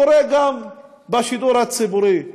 קורה גם בשידור הציבורי,